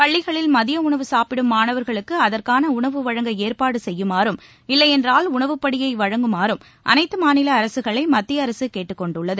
பள்ளிகளில் மதிய உணவு சாப்பிடும் மாணவர்களுக்கு அதற்கான உணவு வழங்க ஏற்பாடு செய்யுமாறும் இல்லையென்றால் உணவுப்படியை வழங்குமாறும் அனைத்து மாநில அரசுகளையும் மத்திய அரசு கேட்டுக் கொண்டுள்ளது